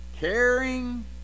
Caring